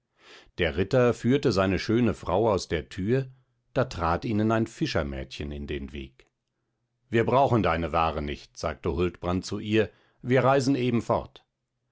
der ritter führte seine schöne frau aus der tür da trat ihnen ein fischermädchen in den weg wir brauchen deine ware nicht sagte huldbrand zu ihr wir reisen eben fort